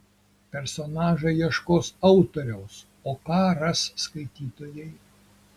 personažai ieškos autoriaus o ką ras skaitytojai